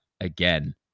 again